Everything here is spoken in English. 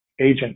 agent